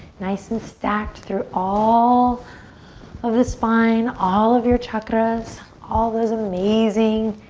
nice and stacked through all of the spine, all of your chakras. all those amazing,